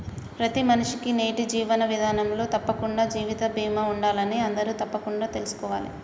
ప్రతి మనిషికీ నేటి జీవన విధానంలో తప్పకుండా జీవిత బీమా ఉండాలని అందరూ తప్పకుండా తెల్సుకోవాలే